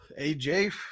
AJ